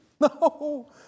No